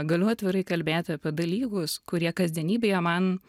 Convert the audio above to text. galiu atvirai kalbėti apie dalykus kurie kasdienybėje man